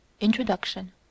Introduction